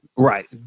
Right